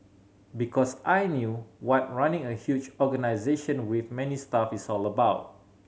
because I knew what running a huge organisation with many staff is all about